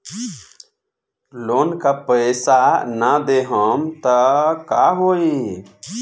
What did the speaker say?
Loan का पैस न देहम त का होई?